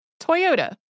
Toyota